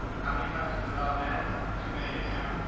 how many times was it all men? too many to count.